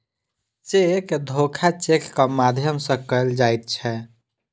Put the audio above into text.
cheque धोखा चेकक माध्यम सॅ कयल जाइत छै